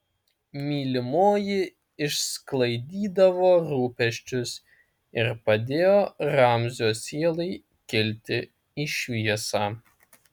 mylimoji išsklaidydavo rūpesčius ir padėjo ramzio sielai kilti į šviesą